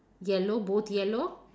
yellow both yellow